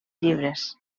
llibres